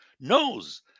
knows